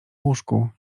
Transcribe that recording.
łóżku